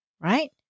right